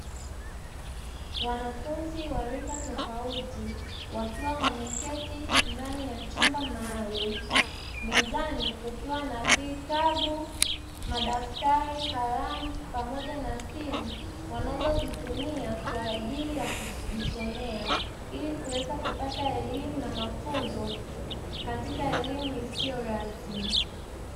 Wanafunzi wa rika tofauti wakiwa wamekiti ndani ya chumba maalumu mezani kukiwa na vitabu, madaftari kalamu pamoja na simu wanazozitumia kwa ajili ya kujisomea ili kuweza kupata elimu na mafunzo katika elimu isiyo rasmi.